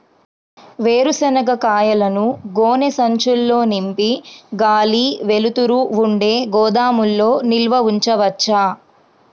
వేరుశనగ కాయలను గోనె సంచుల్లో నింపి గాలి, వెలుతురు ఉండే గోదాముల్లో నిల్వ ఉంచవచ్చా?